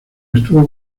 estuvo